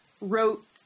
wrote